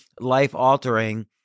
life-altering